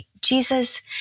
Jesus